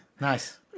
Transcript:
nice